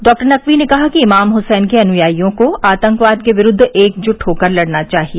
डॉ नकवी ने कहा कि इमाम हुसैन के अनुयायिओं को आतंकवाद के विरूद्व एकजुट होकर लड़ना चाहिए